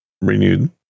renewed